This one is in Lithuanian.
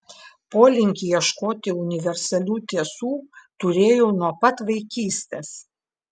polinkį ieškoti universalių tiesų turėjau nuo pat vaikystės